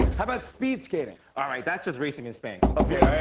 how about speed skating? all right, that's just racing in spanx. okay.